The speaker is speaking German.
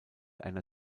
einer